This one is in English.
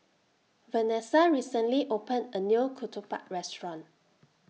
Vanessa recently opened A New Ketupat Restaurant